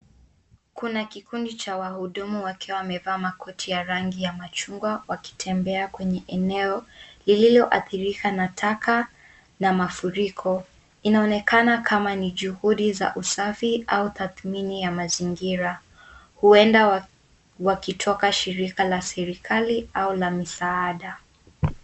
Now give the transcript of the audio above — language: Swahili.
Kuna kikundi cha wahudumu wakiwa wamevaa makoti ya rangi ya machungwa wakitembea kwenye eneo lililoathirika na taka na mafuriko. Inaonekana kama ni juhudi za usafi au tathmini ya mazingira. Huenda wakitoka shirika la serikali au la misaada.